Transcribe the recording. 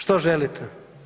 Što želite?